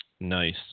Nice